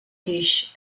dish